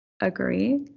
agree